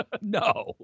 No